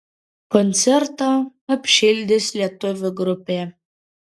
koncertą apšildys lietuvių grupė